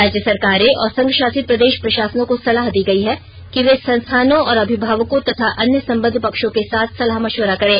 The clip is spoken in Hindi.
राज्य सरकारें और संघ शासित प्रदेश प्रशासनों को सलाह दी गई है कि वे संस्थानों और अभिभावकों तथा अन्य सम्बद्ध पक्षों के साथ सलाह मश्विरा करें